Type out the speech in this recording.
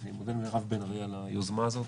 אני מודה למירב בן ארי על היוזמה הזאת.